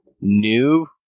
new